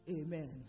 Amen